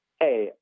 hey